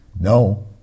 no